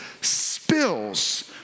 spills